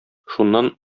шуннан